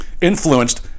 influenced